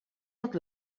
tot